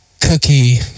cookie